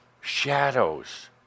shadows